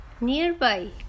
nearby